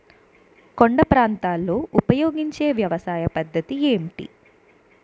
కొండ ప్రాంతాల్లో ఉపయోగించే వ్యవసాయ పద్ధతి ఏంటి?